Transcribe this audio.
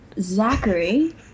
Zachary